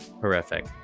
horrific